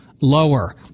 lower